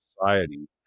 society